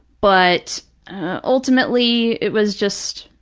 but ultimately, it was just,